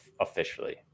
officially